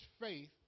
faith